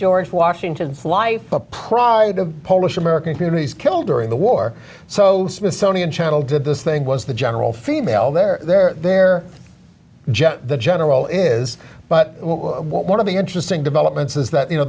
george washington fly the pride of polish american companies killed during the war so smithsonian channel did this thing was the general female their their their gen the general is but one of the interesting developments is that you know